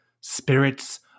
Spirits